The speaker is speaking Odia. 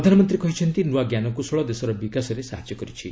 ପ୍ରଧାନମନ୍ତ୍ରୀ କହିଛନ୍ତି ନୂଆ ଜ୍ଞାନକୌଶଳ ଦେଶର ବିକାଶରେ ସାହାଯ୍ୟ କରିଛି